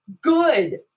good